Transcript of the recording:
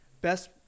Best